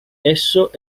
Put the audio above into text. esso